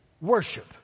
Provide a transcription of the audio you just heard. worship